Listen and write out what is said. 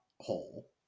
hole